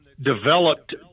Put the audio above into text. developed